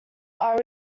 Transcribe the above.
are